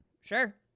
sure